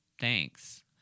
Thanks